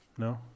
No